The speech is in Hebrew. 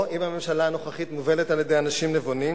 או, אם הממשלה הנוכחית מובלת על-ידי אנשים נבונים,